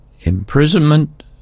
imprisonment